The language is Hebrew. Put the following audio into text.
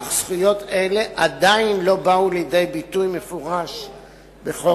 אך זכויות אלו עדיין לא באו לידי ביטוי מפורש בחוק-יסוד.